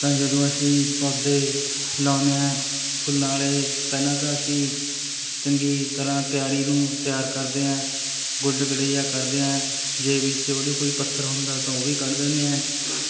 ਤਾਂ ਜਦੋਂ ਅਸੀਂ ਪੌਦੇ ਲਾਉਂਦੇ ਹਾਂ ਫੁੱਲਾਂ ਵਾਲੇ ਪਹਿਲਾਂ ਤਾਂ ਅਸੀਂ ਚੰਗੀ ਤਰ੍ਹਾਂ ਕਿਆਰੀ ਨੂੰ ਤਿਆਰ ਕਰਦੇ ਹਾਂ ਗੁੱਡ ਗਡੱਈਆ ਕਰਦੇ ਹਾਂ ਜੇ ਵਿੱਚ ਉਹਦੇ ਕੋਈ ਪੱਥਰ ਹੁੰਦਾ ਤਾਂ ਉਹ ਵੀ ਕੱਢ ਦਿੰਦੇ ਹਾਂ